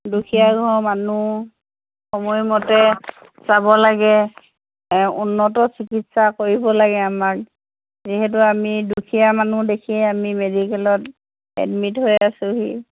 দুখীয়া ঘৰৰ মানুহ সময়মতে চাব লাগে উন্নত চিকিৎসা কৰিব লাগে আমাক যিহেতু আমি দুখীয়া মানুহ দেখিয়ে আমি মেডিকেলত এডমিট হৈ আছোঁহি